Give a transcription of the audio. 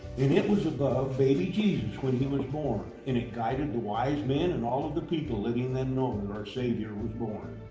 it it was above baby jesus when he was born. and it guided the wise men, and all of the people, letting them know our savior was born.